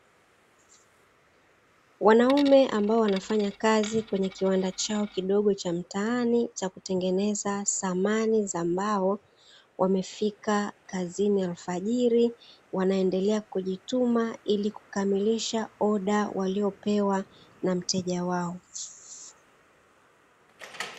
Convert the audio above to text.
Wanaume ambao wanafanya kazi kwenye kiwanda chao kidogo cha mtaani cha kutengeneza samani za mbao, wamefika kazini alfajiri, Wanaendelea kujituma ili kukamilisha oda waliyopewa na mteja wao.